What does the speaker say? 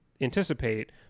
anticipate